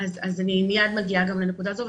אני מיד מגיעה גם לנקודה הזו.